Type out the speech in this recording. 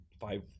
five